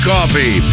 Coffee